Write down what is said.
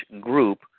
group